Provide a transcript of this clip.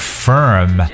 firm